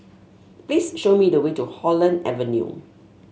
please show me the way to Holland Avenue